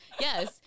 yes